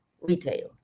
retail